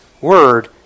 word